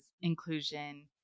inclusion